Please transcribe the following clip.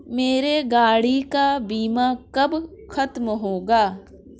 मेरे गाड़ी का बीमा कब खत्म होगा?